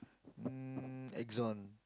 um Axon